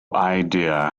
idea